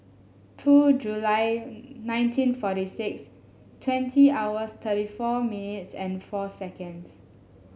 two July nineteen forty six twenty hours thirty four minutes and four seconds